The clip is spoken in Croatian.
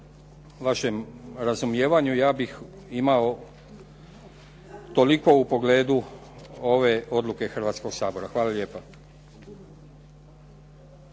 vašem razumijevanju ja bih imao toliko u pogledu ove odluke Hrvatskoga sabora. Hvala lijepa.